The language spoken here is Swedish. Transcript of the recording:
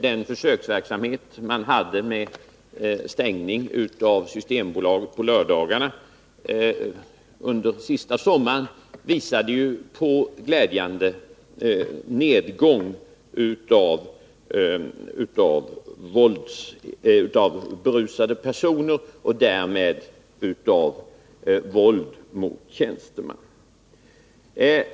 Den försöksverksamhet man hade med stängning av Systembolaget på lördagarna under sistlidna sommar visade ju på en glädjande nedgång i antalet berusade personer och därmed en nedgång av våld mot tjänsteman.